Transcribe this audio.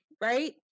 right